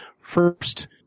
first